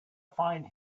find